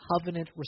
covenant